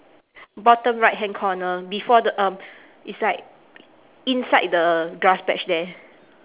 bottom right hand corner before the um it's like inside the grass patch there